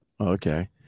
Okay